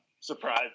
Surprise